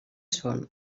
són